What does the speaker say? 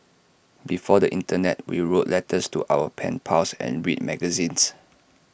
before the Internet we wrote letters to our pen pals and read magazines